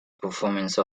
performance